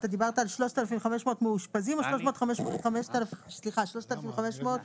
אתה דיברת על 3,500 מאושפזים או 3,500 מיטות אשפוז?